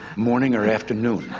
morning or afternoon